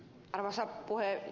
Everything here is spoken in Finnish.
arvoisa puhemies